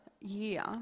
year